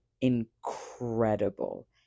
incredible